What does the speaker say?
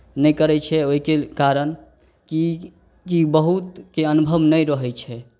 नहि करै छियै ओहिके कारण की की बहुतके अनुभव नहि रहै छै